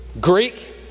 Greek